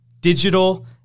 digital